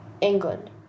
England